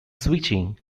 switching